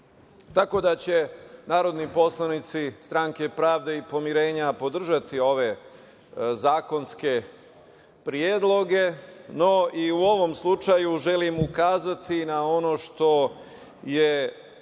Tako da narodni poslanici Stranke pravde i pomirenja podržati ove zakonske predloge. No, i u ovom slučaju želim ukazati na ono što je